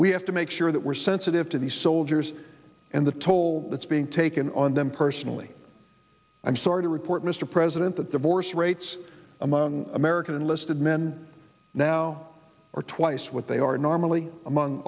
we have to make sure that we're sensitive to these soldiers and the toll that's being taken on them personally i'm sorry to report mr president that the bourse rates among american enlisted men now or twice what they are normally among